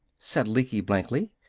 said lecky blankly,